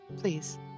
please